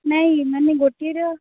ନାଇଁ ମାନେ ଗୋଟିଏ ର